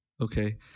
Okay